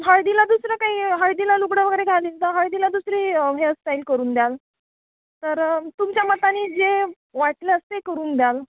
हळदीला दुसरं काही हळदीला लुगडं वगैरे घालीन तर हळदीला दुसरी हेअरस्टाईल करून द्याल तर तुमच्या मताने जे वाटलंच ते करून द्याल